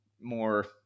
more